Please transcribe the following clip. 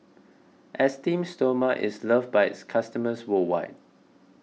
Esteem Stoma is loved by its customers worldwide